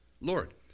lord